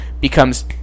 becomes